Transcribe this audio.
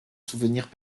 souvenirs